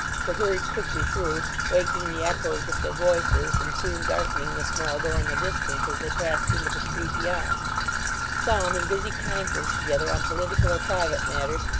who hurried quickly through, waking the echoes with their voices, and soon darkening the small door in the distance, as they passed into the street beyond some, in busy conference together on political or private matters,